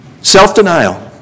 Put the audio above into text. Self-denial